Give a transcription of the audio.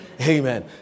Amen